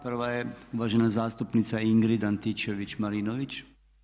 Prva je uvažena zastupnica Ingrid Antičević-Marinović.